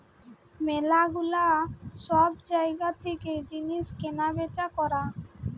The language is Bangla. ম্যালা গুলা সব জায়গা থেকে জিনিস কেনা বেচা করা